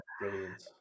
brilliant